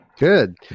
Good